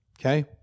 Okay